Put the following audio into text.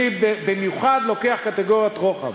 אני במיוחד לוקח קטגוריות רוחב.